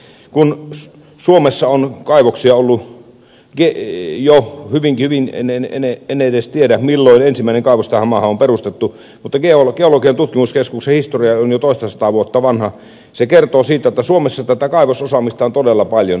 lopuksi haluan vielä korostaa sitä että kun suomessa on ollut kaivoksia jo hyvin kauan en edes tiedä milloin ensimmäinen kaivos on tähän maahan perustettu mutta geologian tutkimuskeskuksen historia on jo toistasataa vuotta vanha se kertoo siitä että suomessa tätä kaivososaamista on todella paljon